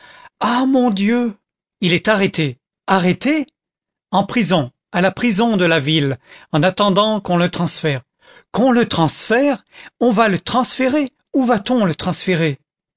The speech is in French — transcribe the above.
ah mon dieu il est arrêté arrêté en prison à la prison de la ville en attendant qu'on le transfère qu'on le transfère on va le transférer où va-t-on le transférer